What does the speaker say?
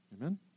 Amen